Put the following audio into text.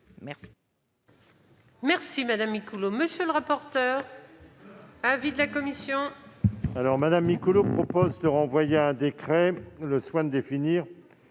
Merci